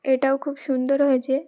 এটাও খুব সুন্দর হয়েছে